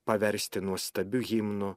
paversti nuostabiu himnu